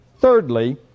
Thirdly